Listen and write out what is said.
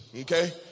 Okay